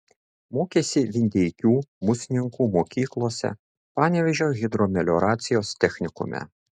mokėsi vindeikių musninkų mokyklose panevėžio hidromelioracijos technikume